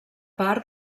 part